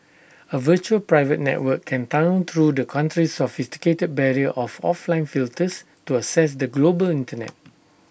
A virtual private network can tunnel through the country's sophisticated barrier of of line filters to access the global Internet